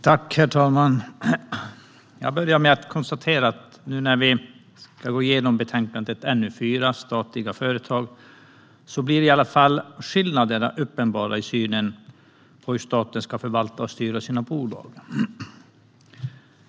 Herr talman! Jag börjar med att konstatera att när vi nu ska gå igenom betänkandet NU4, Statliga företag , blir skillnaderna uppenbara i synen på hur staten ska förvalta och styra sina bolag.